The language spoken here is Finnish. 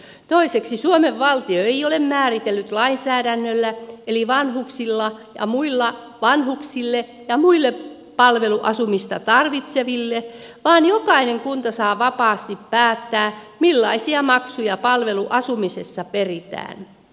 toiseksi suomen valtio ei ole määritellyt lainsäädännöllä maksuista vanhuksille ja muille palveluasumista tarvitseville vaan jokainen kunta saa vapaasti päättää millaisia maksuja palveluasumisessa peritään